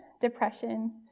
depression